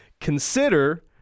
Consider